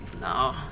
No